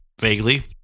Vaguely